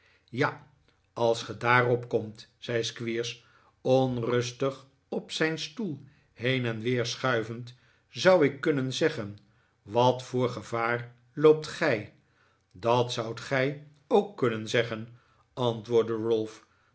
ja als ge daarop komt zei squeers onrustig op zijn stoel heen en weer schuivend zou ik kunnen zeggen wat voor gevaar loopt g ij dat zoudt gij ook kunnen zeggen antwoordde ralph